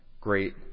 great